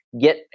get